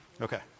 Okay